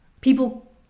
people